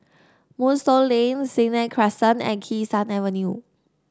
Moonstone Lane Senang Crescent and Kee Sun Avenue